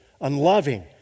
unloving